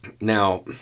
Now